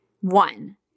One